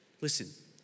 Listen